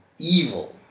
evil